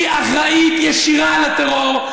היא אחראית ישירה לטרור,